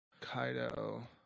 Kaido